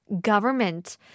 government